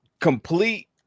complete